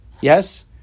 Yes